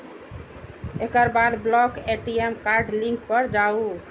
एकर बाद block ATM card link पर जाउ